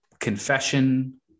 confession